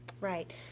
Right